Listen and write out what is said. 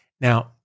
Now